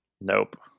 Nope